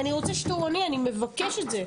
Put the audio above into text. אנחנו רוצים שיטור עירוני, אנחנו מבקשים את זה.